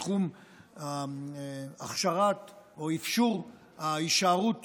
בתחום הכשרת או אפשור ההישארות